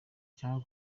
cyangwa